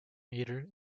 meter